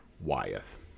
Wyeth